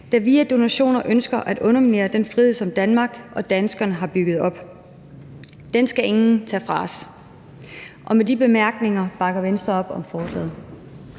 der via donationer ønsker at underminere den frihed, som Danmark og danskerne har bygget op. Den skal ingen tage fra os. Med de bemærkninger bakker Venstre op om forslaget.